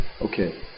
Okay